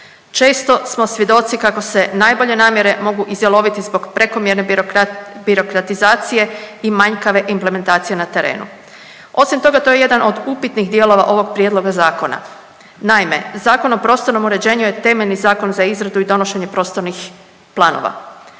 Često smo svjedoci kako se najbolje namjere mogu izjaloviti zbog prekomjerne birokrat… birokratizacije i manjkave implementacije na terenu. Osim toga to je jedan od upitnih dijelova ovog prijedloga zakona. Naime, Zakon o prostornom o prostornom uređenju je temeljni zakon za izradu i donošenje prostornih planova.